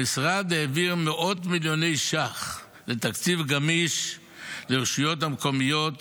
המשרד העביר מאות מיליוני ש"ח לתקציב גמיש לרשויות המקומיות